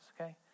okay